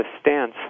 stance